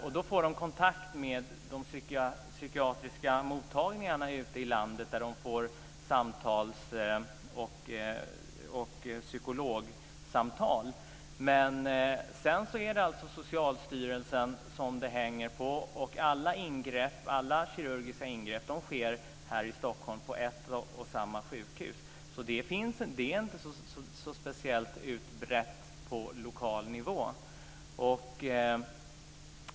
Då får de kontakt med de psykiatriska mottagningarna ute i landet där de får psykologsamtal. Sedan är det Socialstyrelsen det hänger på. Alla kirurgiska ingrepp sker här i Stockholm på ett och samma sjukhus. Det är alltså inte speciellt utbrett på lokal nivå.